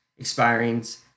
expirings